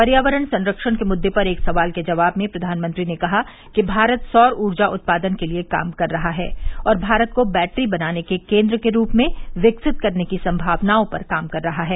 पर्यावरण संरक्षण के मुद्दे पर एक सवाल के जवाब में प्रधानमंत्री ने कहा कि भारत सौर ऊर्जा उत्पादन के लिए काम कर रहा है और भारत को बैटरी बनाने के केंद्र के रूप में विकसित करने की संभावनाओं पर काम कर रहा है